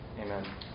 Amen